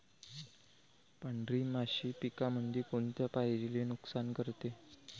पांढरी माशी पिकामंदी कोनत्या पायरीले नुकसान करते?